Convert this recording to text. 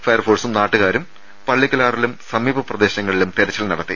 ഫയർഫോഴ്സും നാട്ടുകാരും പള്ളിക്കലാറിലും സമീപ പ്രദേശങ്ങളിലും തെരച്ചിൽ നടത്തി